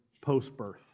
post-birth